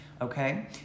Okay